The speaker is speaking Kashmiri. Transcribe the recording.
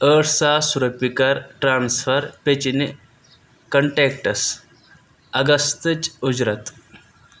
ٲٹھ ساس رۄپیہِ کَر ٹرانَسفر پیٚچیٚنۍ کنٹیکٹَس اَگستٕچ اُجرت